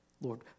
Lord